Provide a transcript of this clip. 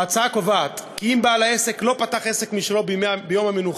ההצעה קובעת כי אם בעל העסק לא פתח את העסק שלו ביום המנוחה,